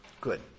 good